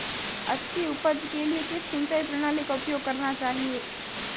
अच्छी उपज के लिए किस सिंचाई प्रणाली का उपयोग करना चाहिए?